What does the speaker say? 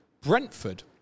Brentford